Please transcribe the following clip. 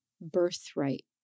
birthright